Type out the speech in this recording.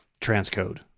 transcode